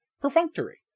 Perfunctory